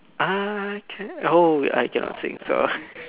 I can oh wait I cannot sing sorry